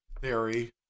theory